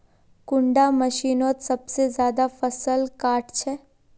कुंडा मशीनोत सबसे ज्यादा फसल काट छै?